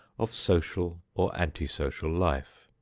of social or anti-social life.